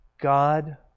God